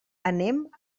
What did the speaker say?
anem